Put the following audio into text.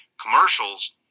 commercials